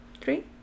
three